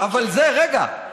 רגע.